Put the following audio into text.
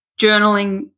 journaling